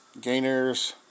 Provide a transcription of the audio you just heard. Gainers